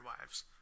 Wives